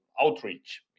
Outreach